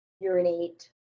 urinate